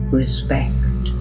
respect